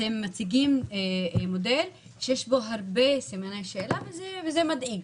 אתם מציגים מודל שיש בו הרבה סימני שאלה וזה מדאיג.